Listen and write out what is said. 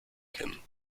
kennen